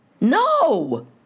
No